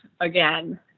again